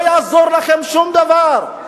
לא יעזור לכם שום דבר,